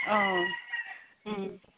অঁ